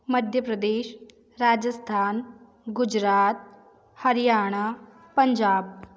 Madhya Pradesh Rajasthan Gujarat Haryana Punjab